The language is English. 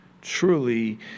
truly